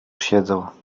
siedzę